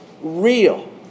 real